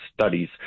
studies